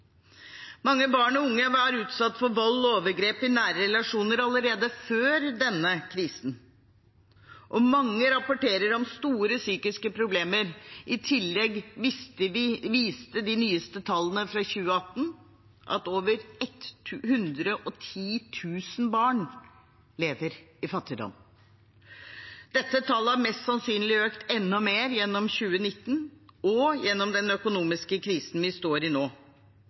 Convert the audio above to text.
Mange barn og unge var utsatt for vold og overgrep i nære relasjoner allerede før denne krisen. Mange rapporterer om store psykiske problemer. I tillegg viste de nyeste tallene fra 2018 at over 110 000 barn lever i fattigdom. Dette tallet har mest sannsynlig økt gjennom 2019 og gjennom den økonomiske krisen vi står i nå,